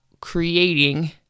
creating